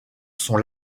son